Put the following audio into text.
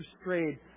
strayed